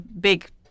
big